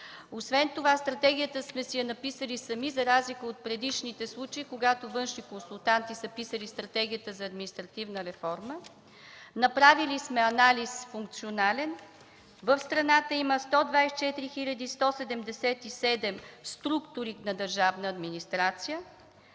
Освен това стратегията сме си написали сами, за разлика от предишните случаи, когато външни консултанти са писали Стратегията за административна реформа. Направили сме функционален анализ. В страната има 124 хил. 177 структури на държавна администрация.